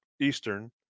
Eastern